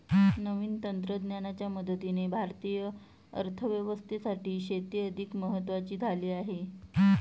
नवीन तंत्रज्ञानाच्या मदतीने भारतीय अर्थव्यवस्थेसाठी शेती अधिक महत्वाची झाली आहे